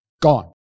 gone